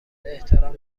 احترام